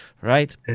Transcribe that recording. right